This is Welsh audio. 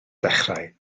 dechrau